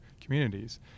communities